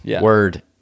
word